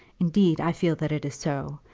indeed, i feel that it is so,